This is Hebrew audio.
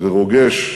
ורוגש ונפיץ.